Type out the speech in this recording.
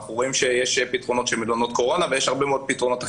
אנחנו רואים שיש פתרונות של מלונות קורונה והרבה מאוד פתרונות אחרים.